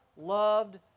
loved